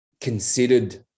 considered